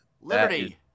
Liberty